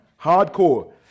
hardcore